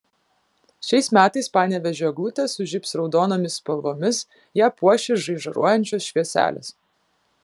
šiais metais panevėžio eglutė sužibs raudonomis spalvomis ją puoš ir žaižaruojančios švieselės